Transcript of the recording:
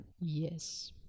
Yes